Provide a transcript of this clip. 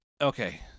Okay